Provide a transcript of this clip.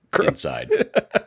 inside